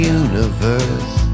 universe